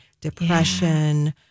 depression